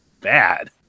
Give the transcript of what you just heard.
bad